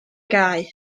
gau